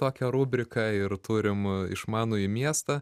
tokią rubriką ir turim išmanųjį miestą